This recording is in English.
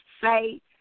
say